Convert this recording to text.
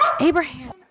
Abraham